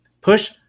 push